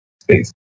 space